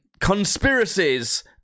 Conspiracies